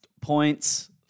Points